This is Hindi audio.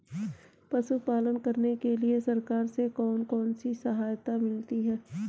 पशु पालन करने के लिए सरकार से कौन कौन सी सहायता मिलती है